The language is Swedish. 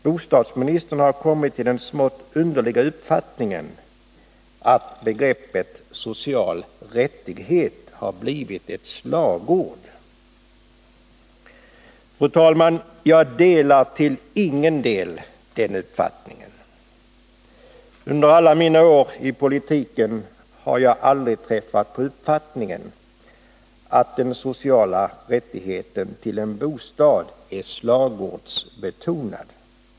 Bostadsministern har kommit till den smått underliga uppfattningen att begreppet social rättighet har blivit ett slagord. 9” Fru talman! Jag delar till ingen del den uppfattningen. Under alla mina år i politiken har jag aldrig träffat på uppfattningen att den sociala rättigheten till en bostad är slagordsbetonad.